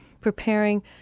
preparing